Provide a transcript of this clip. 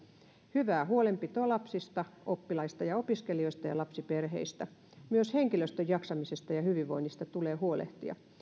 hyvää huolenpitoa lapsista oppilaista ja opiskelijoista ja lapsiperheistä myös henkilöstön jaksamisesta ja hyvinvoinnista tulee huolehtia